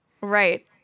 Right